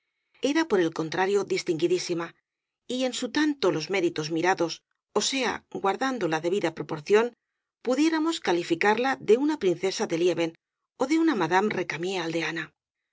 era por el contrario distinguidísima y en su tanto los méri tos mirados ó sea guardando la debida propor ción pudiéramos calificarla de una princesa de lieven ó de una madame récamier aldeana